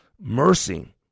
Mercy